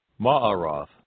Ma'aroth